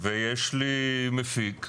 ויש לי מפיק.